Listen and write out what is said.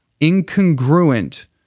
incongruent